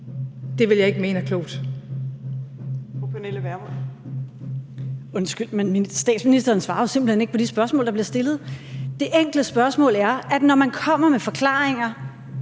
Pernille Vermund (NB): Undskyld, men statsministeren svarer jo simpelt hen ikke på de spørgsmål, der bliver stillet. Det enkle spørgsmål handler om, at når man kommer med forklaringer,